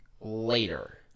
later